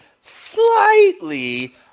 slightly